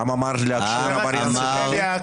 העם אמר להכשיר עבריין סדרתי?